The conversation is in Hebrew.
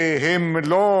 והם לא,